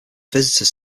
visitors